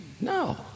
No